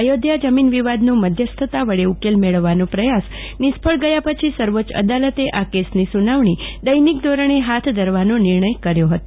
અયોધ્યા જમીન વિવાદનો મધ્યસ્થતા વડે ઉકેલ મેળવવાનો પ્રયાસ નિષ્ફળ ગયા પછી સર્વોચ્ચ અદાલતે આ કેસની સુનાવણી દૈનિક ધોરણે હાથ ધરવાનો નિર્ણય કર્યો હતો